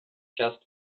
just